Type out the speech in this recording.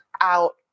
out